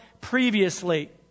previously